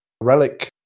relic